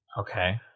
Okay